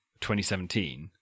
2017